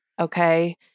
okay